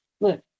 Look